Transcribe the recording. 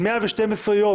112 יום,